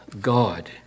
God